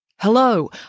Hello